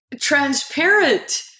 transparent